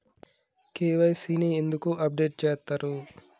KYC ని ఎందుకు update చేత్తరు?